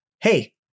hey